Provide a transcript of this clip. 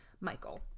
Michael